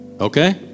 Okay